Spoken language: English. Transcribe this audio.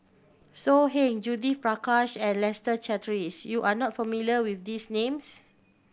So Heng Judith Prakash and Leslie Charteris you are not familiar with these names